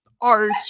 art